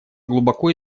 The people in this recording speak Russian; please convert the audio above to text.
глубоко